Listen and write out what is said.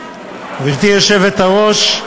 גברתי היושבת-ראש,